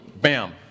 Bam